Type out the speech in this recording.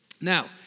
Now